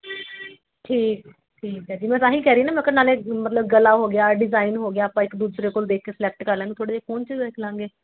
ਠੀਕ ਠੀਕ ਹੈ ਜੀ ਮੈਂ ਤਾਂ ਹੀ ਕਹਿ ਰਹੀ ਨਾ ਮੈਂ ਕਾ ਨਾਲ਼ੇ ਮਤਲਬ ਗਲਾ ਹੋ ਗਿਆ ਡਿਜ਼ਾਈਨ ਹੋ ਗਿਆ ਆਪਾਂ ਇੱਕ ਦੂਸਰੇ ਕੋਲ਼ ਦੇਖ ਕੇ ਸਿਲੈਕਟ ਕਰ ਲਾਂਗੇ ਥੋੜ੍ਹੇ ਜਿਹੇ ਫ਼ੋਨ 'ਚ ਵੀ ਵੇਖ ਲਾਂਗੇ